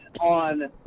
on